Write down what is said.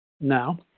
now